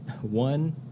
One